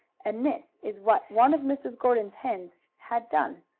and this is what one of mrs. gordon's hens had done.